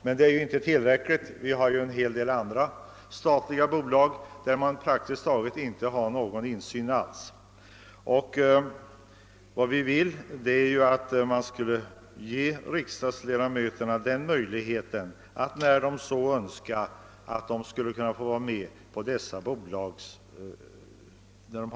Men detta är inte tillräckligt — i en hel del andra statliga bolag har vi praktiskt taget ingen insyn alls. Vi vill att riksdagsledamöterna när de så önskar skall få möjlighet att vara med på bolagsstämmorna.